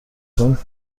چون